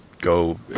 go